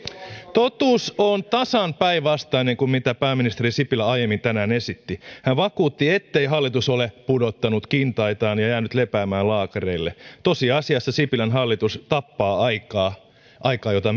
totuus on tasan päinvastainen kuin mitä pääministeri sipilä aiemmin tänään esitti hän vakuutti ettei hallitus ole pudottanut kintaitaan ja jäänyt lepäämään laakereille tosiasiassa sipilän hallitus tappaa aikaa aikaa jota